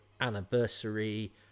anniversary